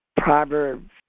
Proverbs